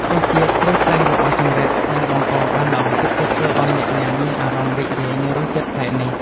រសជាតិស្រួយស្រេះរបស់ចង្រិតដែលបំពងបានល្អពិតជាធ្វើឱ្យអ្នកញ៉ាំមានអារម្មណ៍រីករាយនឹងរសជាតិប្លែកនេះ។